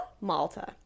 Malta